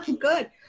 Good